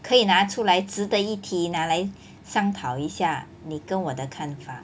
可以拿出来值得一提拿来商讨一下你跟我的看法